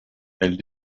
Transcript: elle